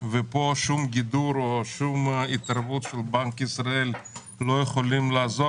ופה שום גידור או שום התערבות של בנק ישראל לא יכולים לעזור